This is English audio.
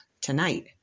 tonight